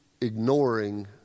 ignoring